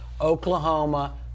Oklahoma